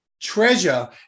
treasure